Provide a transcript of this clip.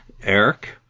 Eric